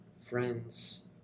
friends